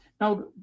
Now